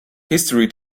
history